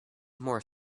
more